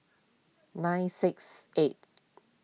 nine six eight